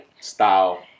style